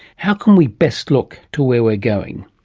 how can we best look to where we're going?